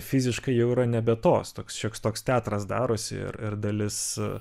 fiziškai jau yra nebe tos toks šioks toks teatras darosi ir ir dalis